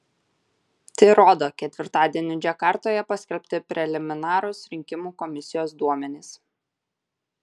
tai rodo ketvirtadienį džakartoje paskelbti preliminarūs rinkimų komisijos duomenys